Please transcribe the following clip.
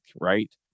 right